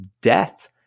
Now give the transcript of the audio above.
death